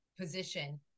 position